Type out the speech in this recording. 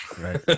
right